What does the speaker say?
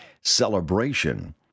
celebration